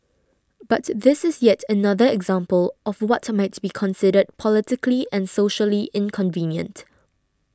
but this is yet another example of what might be considered politically and socially inconvenient